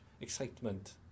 excitement